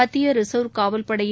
மத்திய ரிசர்வ் காவல் படையும்